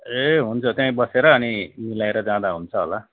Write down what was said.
ए हुन्छ त्यहीँ बसेर अनि मिलाएर जाँदा हुन्छ होला